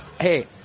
Hey